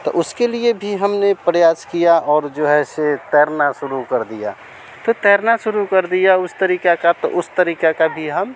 त उसके लिए भी हमने प्रयास किया और जो है सो तैरना शुरू कर दिया तो तैरना शुरू कर दिया उस तरीक़े का तो उस तरीक़े का भी हम